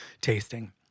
tasting